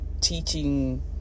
teaching